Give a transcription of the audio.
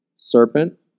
serpent